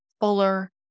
fuller